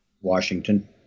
Washington